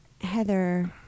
Heather